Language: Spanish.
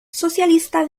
socialista